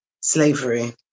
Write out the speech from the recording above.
slavery